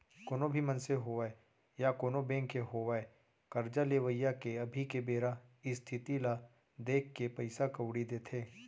कोनो भी मनसे होवय या कोनों बेंक होवय करजा लेवइया के अभी के बेरा इस्थिति ल देखके पइसा कउड़ी देथे